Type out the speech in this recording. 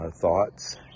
thoughts